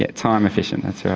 yeah time efficient, that's right.